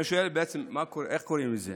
אני שואל, איך קוראים לזה?